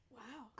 wow